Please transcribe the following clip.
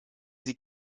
sie